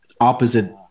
opposite